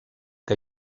que